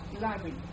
library